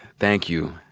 thank you.